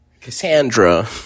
Cassandra